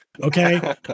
okay